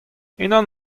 unan